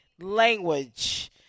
language